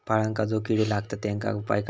फळांका जो किडे लागतत तेनका उपाय काय?